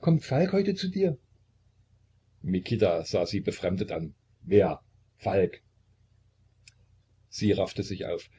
kommt falk heute zu dir mikita sah sie befremdet an wer falk sie raffte sich auf